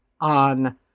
on